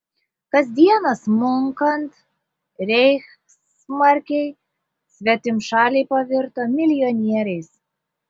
kasdieną smunkant reichsmarkei svetimšaliai pavirto milijonieriais